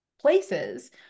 places